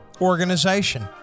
organization